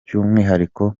by’umwihariko